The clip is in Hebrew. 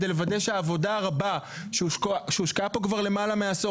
כדי לוודא שהעבודה הרבה שהושקעה פה כבר למעלה מעשור